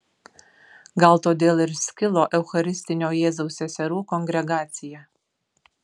gal todėl ir skilo eucharistinio jėzaus seserų kongregacija